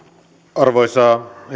arvoisa